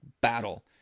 battle